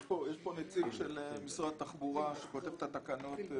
נמצא כאן נציג של משרד התחבורה שכותב את התקנות.